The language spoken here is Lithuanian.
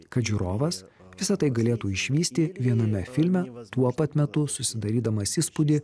kad žiūrovas visa tai galėtų išvysti viename filme tuo pat metu susidarydamas įspūdį